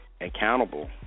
accountable